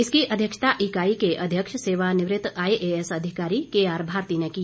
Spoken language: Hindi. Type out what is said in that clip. इसकी अध्यक्षता इकाई के अध्यक्ष सेवानिवृत आईएएस अधिकारी केआर भारती ने की